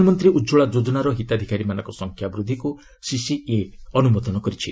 ପ୍ରଧାନମନ୍ତ୍ରୀ ଉଜ୍ଜଳା ଯୋଜନାର ହିତାଧିକାରୀମାନଙ୍କ ସଂଖ୍ୟା ବୃଦ୍ଧିକୁ ସିସିଇଏ ଅନୁମୋଦନ କରିଛି